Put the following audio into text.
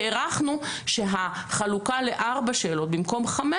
הערכנו שהחלוקה לארבע שאלות במקום חמש